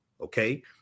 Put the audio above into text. okay